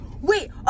Wait